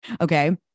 Okay